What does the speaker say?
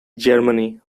germany